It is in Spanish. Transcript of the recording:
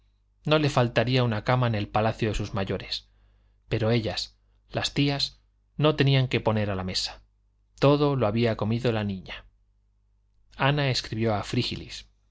no le faltaría una cama en el palacio de sus mayores pero ellas las tías no tenían qué poner a la mesa todo lo había comido la niña ana escribió a frígilis